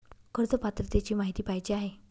कर्ज पात्रतेची माहिती पाहिजे आहे?